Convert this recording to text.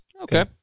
Okay